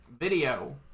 Video